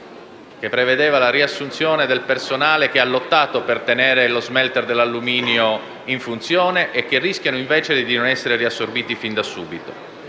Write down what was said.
che prevedevano la riassunzione del personale che ha lottato per tenere lo *smelter* dell'alluminio in funzione e che rischia invece di non essere riassorbito fin da subito.